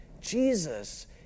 Jesus